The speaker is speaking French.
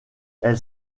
elle